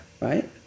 Right